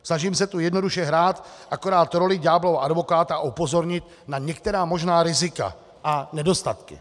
Snažím se tu jednoduše hrát akorát roli ďáblova advokáta a upozornit na některá možná rizika a nedostatky.